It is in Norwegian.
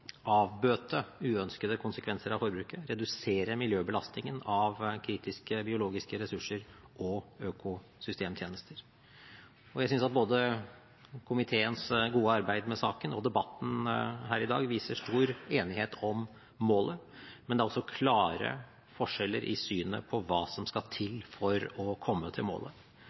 avbøte uønskede konsekvenser av forbruket og redusere miljøbelastningen av kritiske biologiske ressurser og økosystemtjenester. Jeg synes at både komiteens gode arbeid med saken og debatten her i dag viser stor enighet om målet, men det er også klare forskjeller i synet på hva som skal til for å komme til målet.